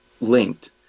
linked